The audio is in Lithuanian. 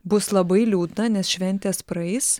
bus labai liūdna nes šventės praeis